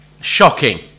shocking